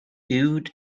uwd